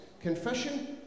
Confession